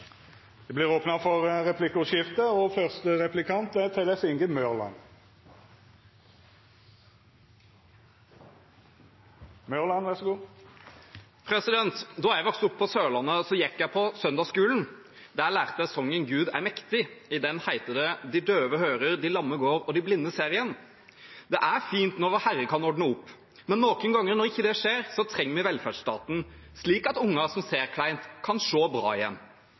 no blir lagt fram og vedteke eit statsbudsjett som er både ansvarleg og nøkternt. Det vert replikkordskifte. Da jeg vokste opp på Sørlandet, gikk jeg på søndagsskolen. Der lærte jeg sangen «Gud er mektig». I den heter det: «De døve hører, de lamme går og de blinde ser igjen.» Det er fint når Vårherre kan ordne opp. Men noen ganger, når det ikke skjer, trenger vi velferdsstaten, slik at unger som ser kleint, kan se bra igjen.